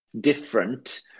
different